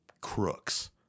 crooks